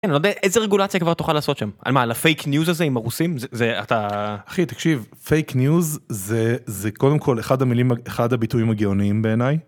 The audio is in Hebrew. כן, לא יודע איזה רגולציה כבר תוכל לעשות שם? על מה על הפייק ניוז הזה עם הרוסים? זה זה אתה... אחי תקשיב, פייק ניוז זה זה קודם כל אחד המילים... אחד הביטויים הגאוניים בעיניי.